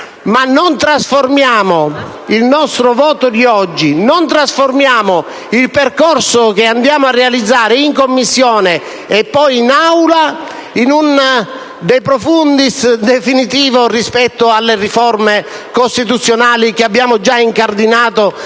ma non trasformiamo il nostro voto di oggi, il percorso che andremo a realizzare in Commissione e poi in Aula, in un *de profundis* definitivo per le riforme costituzionali che abbiamo già incardinato